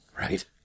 right